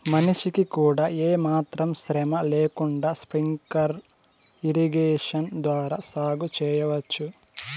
మనిషికి కూడా ఏమాత్రం శ్రమ లేకుండా స్ప్రింక్లర్ ఇరిగేషన్ ద్వారా సాగు చేయవచ్చు